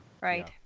Right